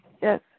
Yes